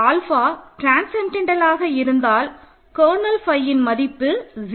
alpha ட்ரான்ஸசென்டென்டலாக இருந்தால் kernel ஃபையின் மதிப்பு 0